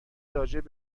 راجع